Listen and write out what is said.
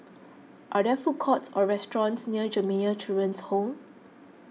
are there food courts or restaurants near Jamiyah Children's Home